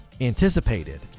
anticipated